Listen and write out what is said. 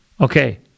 okay